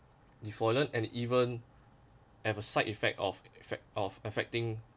defoliant and even as a side effect of effect of affecting